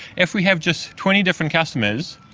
if we have just twenty different customers,